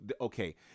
okay